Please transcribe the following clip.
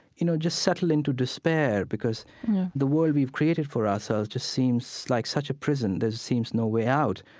you know, just settle into despair, because the world we've created for ourselves just seems like such a prison. there seems no way out,